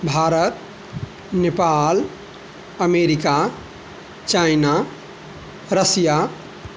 Bharat Nepal America China Russia